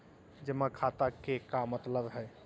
जमा खाता के का मतलब हई?